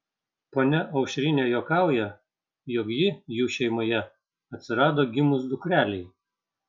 ponia aušrinė juokauja jog ji jų šeimoje atsirado gimus dukrelei